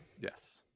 yes